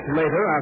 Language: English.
later